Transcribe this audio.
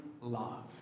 love